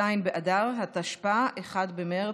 4, הוראת השעה) (נגיף הקורונה החדש)